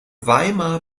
weimar